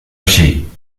allí